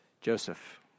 Joseph